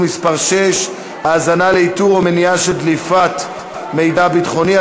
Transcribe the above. מס' 6) (האזנה לאיתור או מניעה של דליפת מידע ביטחוני),